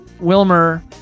wilmer